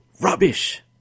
rubbish